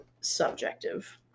subjective